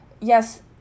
yes